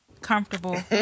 comfortable